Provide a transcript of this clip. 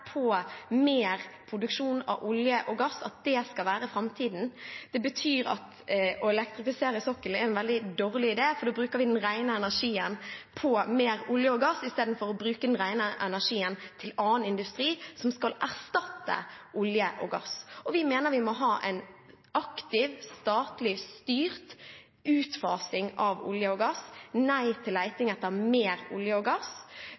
på mer produksjon av olje og gass, at det skal være framtiden. Det betyr at å elektrifisere sokkelen er en veldig dårlig idé, for da bruker vi den rene energien på mer olje og gass i stedet for å bruke den rene energien på annen industri som skal erstatte olje og gass. Vi mener vi må ha en aktiv, statlig styrt utfasing av olje og gass – nei til leting etter mer olje og gass